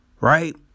Right